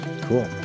cool